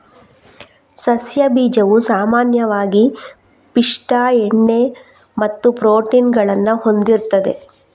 ಸಸ್ಯ ಬೀಜವು ಸಾಮಾನ್ಯವಾಗಿ ಪಿಷ್ಟ, ಎಣ್ಣೆ ಮತ್ತು ಪ್ರೋಟೀನ್ ಗಳನ್ನ ಹೊಂದಿರ್ತದೆ